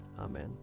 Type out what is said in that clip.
Amen